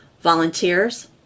volunteers